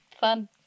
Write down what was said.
Fun